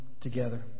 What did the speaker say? together